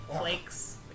flakes